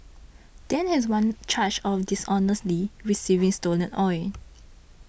Dang has one charge of dishonestly receiving stolen oil